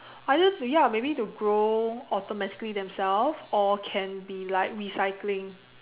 I guess ya maybe to grow automatically themselves or can be like recycling